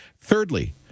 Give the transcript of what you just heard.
Thirdly